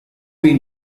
been